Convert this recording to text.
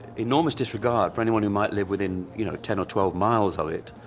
enormous disregard for anyone who might live within you know ten or twelve miles of it,